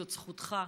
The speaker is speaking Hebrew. זאת זכותך,